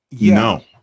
No